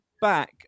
back